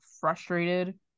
frustrated